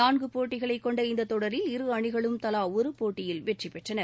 நான்கு போட்டிகளை கொண்ட இந்த தொடரில் இரு அணிகளும் தலா ஒரு போட்டியில் வெற்றி பெற்றன